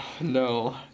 no